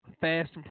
fast